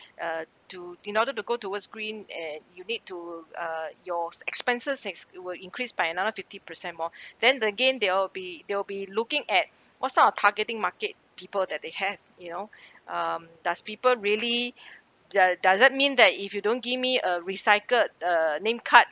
uh to in order to go towards green and you need to uh yours expenses has it will increase by another fifty percent more then again they'll be they'll be looking at what sort of targeting market people that they had you know um does people really does doesn't mean that if you don't give me a recycled uh name card